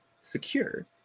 secure